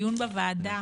בדיון בוועדה,